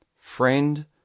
Friend